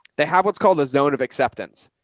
they have, what's called a zone of acceptance.